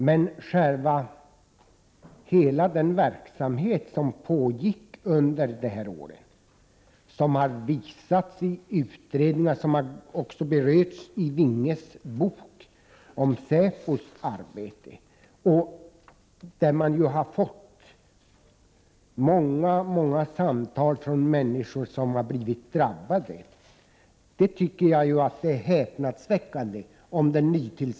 Jag tycker att det är häpnadsväckande om den nytillsatte justitieministern saknar kunskaper om de trakasserier som har ägt rum, eftersom det har framgått av de utredningar om hela den verksamhet som pågick under det här året och även av Vinges bok om säpos arbete.